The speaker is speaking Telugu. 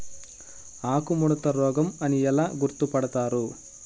ఆకుముడత రోగం అని ఎలా గుర్తుపడతారు?